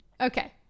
Okay